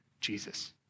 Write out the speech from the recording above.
Jesus